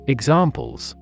Examples